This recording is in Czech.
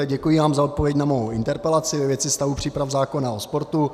Děkuji vám za odpověď na mou interpelaci ve věci stavu příprav zákona o sportu.